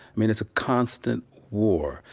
mean it's a constant war.